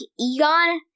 Egon